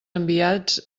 enviats